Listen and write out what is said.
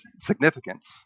significance